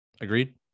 Agreed